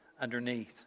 underneath